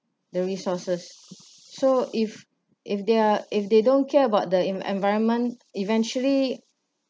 the resources so if if they are if they don't care about the en~ environment eventually